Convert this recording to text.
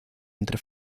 entre